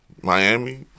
Miami